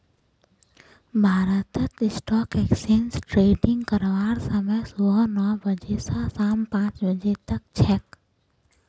भारतत stock exchange trading करवार समय सुबह नौ बजे स शाम पांच बजे तक छेक